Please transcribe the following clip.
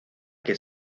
que